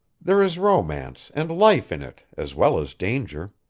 there is romance and life in it, as well as danger.